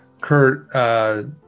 Kurt